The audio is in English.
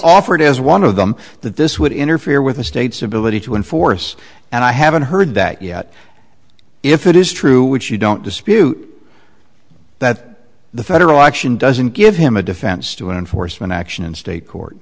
offered as one of them that this would interfere with the state's ability to enforce and i haven't heard that yet if it is true which you don't dispute that the federal action doesn't give him a defense to enforcement action in state court